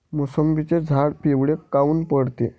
मोसंबीचे झाडं पिवळे काऊन पडते?